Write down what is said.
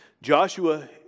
Joshua